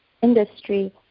industry